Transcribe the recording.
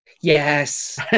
Yes